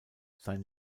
sein